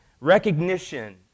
recognition